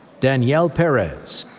danielle perez.